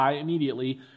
immediately